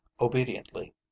obediently